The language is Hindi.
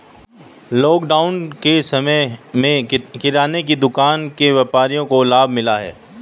लॉकडाउन के समय में किराने की दुकान के व्यापारियों को लाभ मिला है